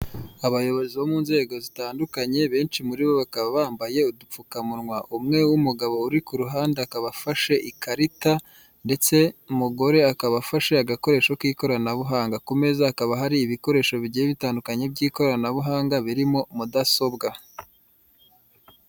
Abayobozi bo mu nzego zitandukanye benshi muri bo bakaba bambaye udupfukamunwa umwe w'umugabo uri ku ruhande akaba afashe ikarita ndetse umugore akaba afashe agakoresho k'ikoranabuhanga ku meza akaba hari ibikoresho bigiye bitandukanye by'ikoranabuhanga birimo mudasobwa.